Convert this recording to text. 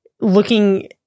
looking